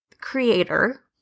creator